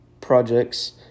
projects